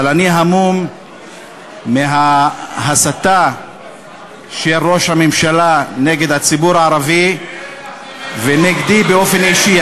אבל אני המום מההסתה של ראש הממשלה נגד הציבור הערבי ונגדי באופן אישי,